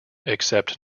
except